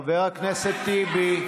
חבר הכנסת טיבי.